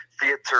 Theater